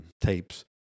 tapes